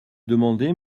demandez